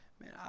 Man